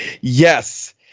yes